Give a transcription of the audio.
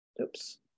oops